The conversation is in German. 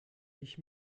ich